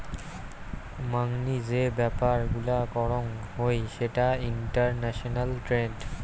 মাংনি যে ব্যাপার গুলা করং হই সেটা ইন্টারন্যাশনাল ট্রেড